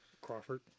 Crawford